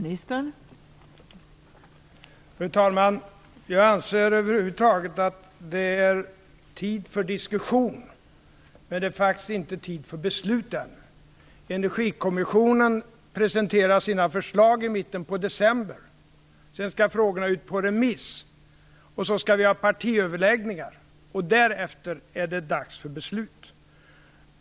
Fru talman! Jag anser att det är tid för diskussion. Men det är faktiskt inte tid för beslut ännu. Energikommissionen presenterar sina förslag i mitten av december. Sedan skall frågorna ut på remiss, och vi skall ha partiöverläggningar. Därefter är det dags för beslut.